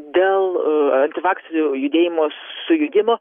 dėl antivakserių judėjimo sujudimo